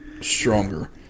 stronger